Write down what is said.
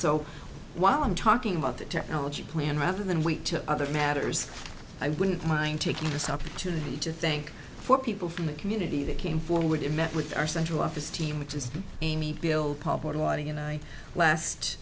so while i'm talking about the technology plan rather than wait to other matters i wouldn't mind taking this opportunity to thank for people from the community that came forward and met with our central office team which is bill